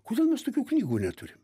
kodėl mes tokių knygų neturim